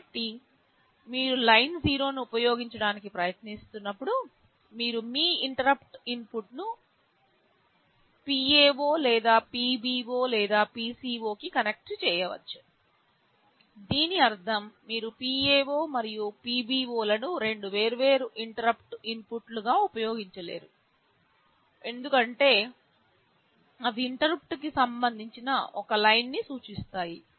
కాబట్టి మీరు లైన్ 0 ను ఉపయోగించడానికి ప్రయత్నిస్తున్నప్పుడు మీరు మీ ఇంటరుప్పుట్ ఇన్పుట్ను PA0 లేదా PB0 లేదా PC0 కి కనెక్ట్ చేయవచ్చు దీని అర్థం మీరు PA0 మరియు PB0 లను రెండు వేర్వేరు ఇంటరుప్పుట్ ఇన్పుట్లుగా ఉపయోగించలేరు ఎందుకంటే అవి ఇంటరుప్పుట్ కి సంబంధించి ఒకే లైన్ ని సూచిస్తాయి